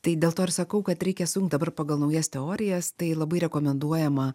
tai dėl to ir sakau kad reikia dabar pagal naujas teorijas tai labai rekomenduojama